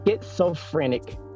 schizophrenic